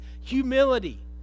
Humility